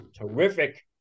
terrific